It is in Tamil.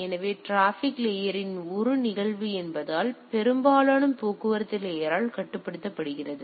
எனவே இது டிராபிக் லேயர் இன் ஒரு நிகழ்வு என்பதால் இது பெரும்பாலும் போக்குவரத்து லேயர் ஆல் கட்டுப்படுத்தப்படுகிறது